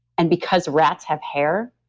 and because rats have hair,